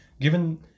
given